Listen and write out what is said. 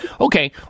Okay